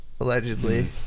Allegedly